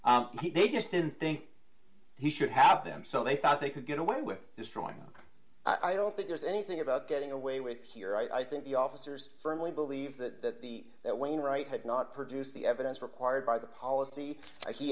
they just didn't think he should have them so they thought they could get away with destroying i don't think there's anything about getting away with it here i think the officers firmly believe that the that wainwright had not produced the evidence required by the policy